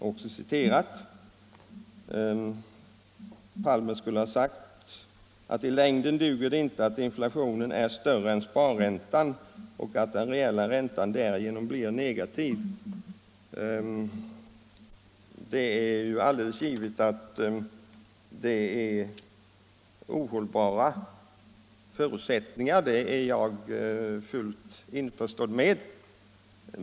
Statsminister Palme skulle ha sagt: ”I längden duger det inte att inflationen är större än sparräntan och att den reella räntan därigenom blir negativ.” Jag är fullt införstådd med att det är en ohållbar situation.